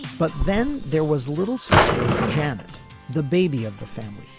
but then there was little sister janet the baby of the family.